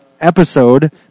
episode